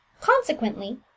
Consequently